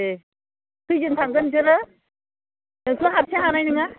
दे खोइजोन हाबगोन नोंसोरो नोंथ' हारसिं हानाय नङा